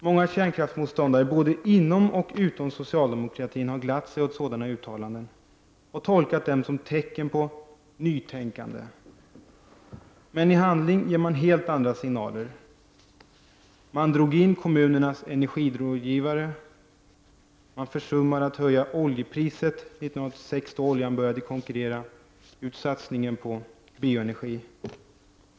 Många kärnkraftsmotståndare såväl inom som utom socialdemokratin har glatt sig åt sådana uttalanden och tolkat dem som tecken på ett nytänkande. I handling ger man dock helt andra signaler. Man drog in kommunernas energirådgivare. Man försummade att höja oljepriset 1986, då olja började konkurrera ut satsningen på bioenergi.